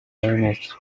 y’abaminisitiri